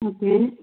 okay